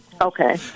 Okay